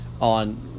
on